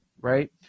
right